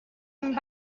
and